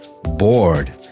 bored